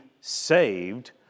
saved